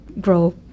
grow